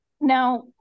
now